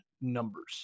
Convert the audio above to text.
numbers